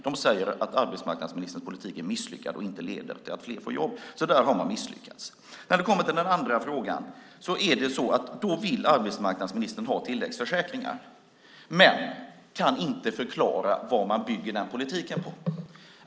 De säger att arbetsmarknadsministerns politik är misslyckad och inte leder till att fler får jobb. Där har man alltså misslyckats. När vi kommer till den andra frågan är det så att arbetsmarknadsministern vill ha tilläggsförsäkringar, men han kan inte förklara vad man bygger den politiken på.